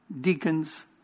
deacons